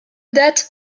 date